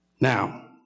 Now